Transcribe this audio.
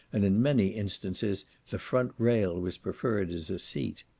and in many instances the front rail was preferred as a seat.